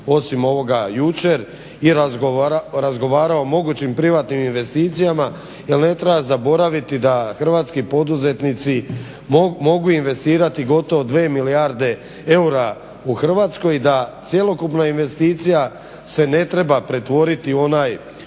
osim ovoga jučer i razgovarao o mogućim privatnim investicijama jer ne treba zaboraviti da hrvatski poduzetnici mogu investirati gotovo 2 milijarde eura u Hrvatskoj i da cjelokupna investicija se ne treba pretvoriti u onaj